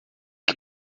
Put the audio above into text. que